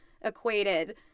equated